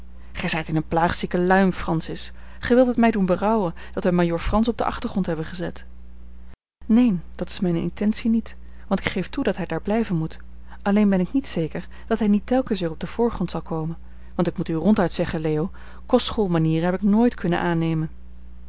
gij zijt in eene plaagzieke luim francis gij wilt het mij doen berouwen dat wij majoor frans op den achtergrond hebben gezet neen dat's mijne intentie niet want ik geef toe dat hij daar blijven moet alleen ben ik niet zeker dat hij niet telkens weer op den voorgrond zal komen want ik moet u ronduit zeggen leo kostschoolmanieren heb ik nooit kunnen aannemen